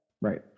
Right